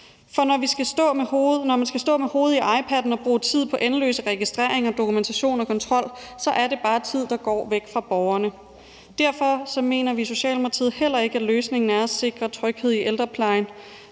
Når man skal stå med hovedet i iPadden og bruge tid på endeløse registreringer, dokumentation og kontrol, er det bare tid, der går væk fra borgerne. Derfor mener vi i Socialdemokratiet heller ikke, at løsningen er at sikre tryghed i ældreplejen